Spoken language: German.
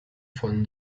von